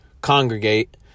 congregate